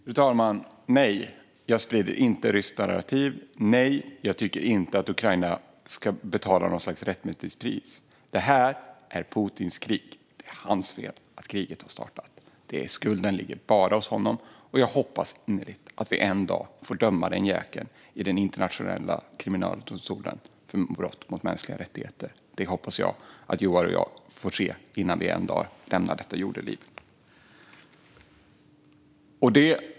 Fru talman! Nej, jag sprider inte något ryskt narrativ. Nej, jag tycker inte att Ukraina ska betala något slags rättmätigt pris. Detta är Putins krig. Det är hans fel att kriget har startat. Skulden ligger bara hos honom, och jag hoppas innerligt att vi en dag får döma den jäkeln i den internationella kriminaldomstolen för brott mot mänskliga rättigheter. Det hoppas jag att Joar och jag får se innan vi en dag lämnar detta jordeliv.